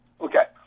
Okay